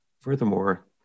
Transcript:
Furthermore